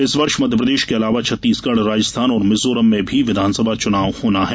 इस वर्ष मध्यप्रदेश के अलावा छत्तीसगढ़ राजस्थान और मिजोरम में भी विधानसभा चुनाव होना है